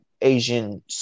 Asian